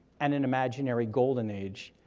and an imaginary golden age.